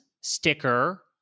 Sticker